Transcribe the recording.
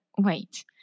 wait